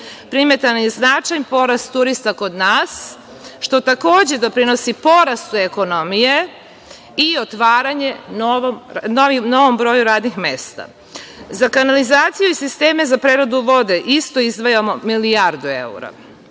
primetan je značajan porast turista kod nas, što takođe doprinosi porastu ekonomije i otvaranju novih radnih mesta.Za kanalizaciju i sisteme za preradu vode, isto izdvajamo milijardu evra.